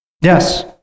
Yes